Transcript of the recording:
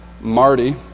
Marty